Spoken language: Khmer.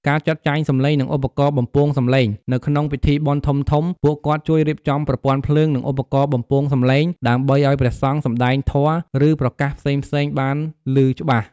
ការជួយទុកដាក់ស្បែកជើង នៅពេលចូលទៅក្នុងសាលាឆាន់ ឬព្រះវិហារ ភ្ញៀវត្រូវដោះស្បែកជើង។